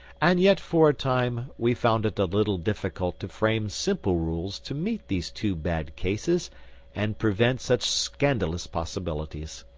and yet for a time we found it a little difficult to frame simple rules to meet these two bad cases and prevent such scandalous possibilities.